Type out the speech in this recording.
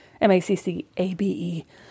m-a-c-c-a-b-e